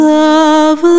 love